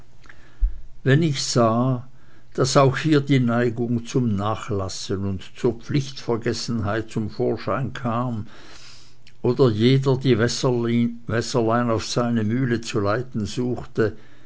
wenn ich sah daß auch hier die neigung zum nachlassen und zur pflichtvergessenheit zum vorschein kam oder jeder die wässerlein auf seine mühle zu leiten suchte